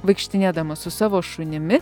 vaikštinėdamas su savo šunimi